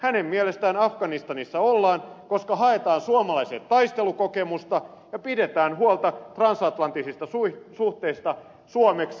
hänen mielestään afganistanissa ollaan koska haetaan suomalaisille taistelukokemusta ja pidetään huolta transatlanttisista suhteista suomeksi